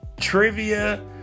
trivia